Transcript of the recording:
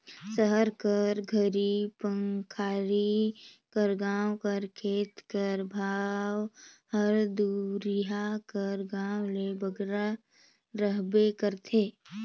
सहर कर घरी पखारी कर गाँव कर खेत कर भाव हर दुरिहां कर गाँव ले बगरा रहबे करथे